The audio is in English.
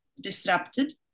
disrupted